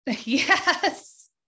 Yes